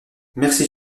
merci